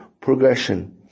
progression